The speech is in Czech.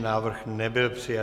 Návrh nebyl přijat.